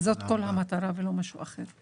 זאת כל המטרה ולא משהו אחר.